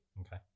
okay